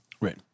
Right